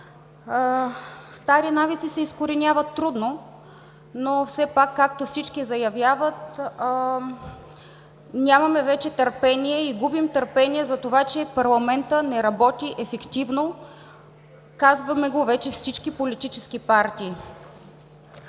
Стари навици се изкореняват трудно, но все пак, както всички заявяват, нямаме вече търпение и губим търпение за това, че парламентът не работи ефективно – казваме го вече всички политически партии.